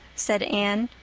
said anne.